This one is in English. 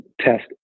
test